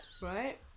right